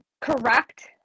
correct